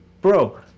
bro